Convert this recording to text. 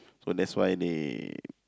so that's why they